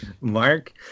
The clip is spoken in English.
Mark